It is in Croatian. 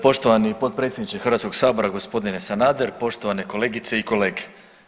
Poštovani potpredsjedniče Hrvatskog sabora, gospodine Sanader, poštovane kolegice i kolege.